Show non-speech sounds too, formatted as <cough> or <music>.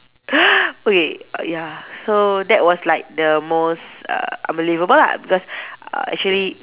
<breath> okay err ya so that was like the most uh unbelievable lah because uh actually